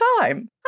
time